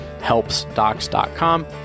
helpsdocs.com